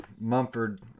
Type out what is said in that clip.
Mumford